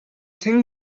think